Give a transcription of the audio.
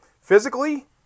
Physically